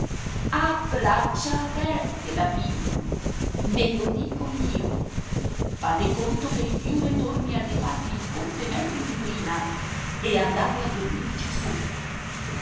a braccia aperte la pigliano ve lo dico io fate conto che il fiume torni a rifarvi il ponte meglio di prima e andate a dormirci su